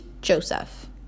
joseph